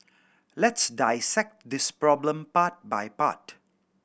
let's dissect this problem part by part